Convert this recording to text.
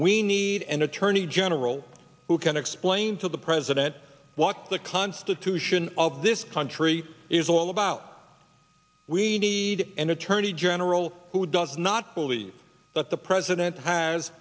we need an attorney general who can explain to the president what the constitution of this country is all about we need an attorney general who does not believe that the president has